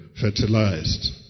fertilized